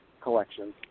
collections